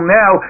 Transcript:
now